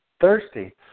thirsty